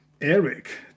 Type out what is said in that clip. Eric